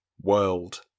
World